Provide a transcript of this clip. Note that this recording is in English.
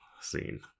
scene